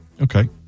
Okay